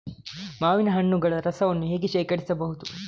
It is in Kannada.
ಮಾವಿನ ಹಣ್ಣುಗಳ ರಸವನ್ನು ಹೇಗೆ ಶೇಖರಿಸಬಹುದು?